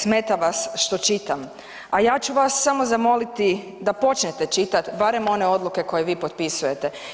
Smeta vas što čitam, a ja ću vas samo zamoliti da počnete čitati, barem one odluke koje vi potpisujete.